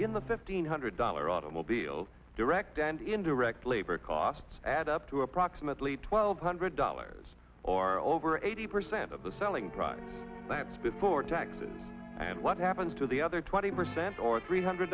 the fifteen hundred dollar automobile direct and indirect labor costs add up to approximately twelve hundred dollars or over eighty percent of the selling price that's before taxes and what happens to the other twenty percent or three hundred